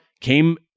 Came